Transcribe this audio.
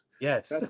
Yes